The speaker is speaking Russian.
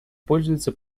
пользуется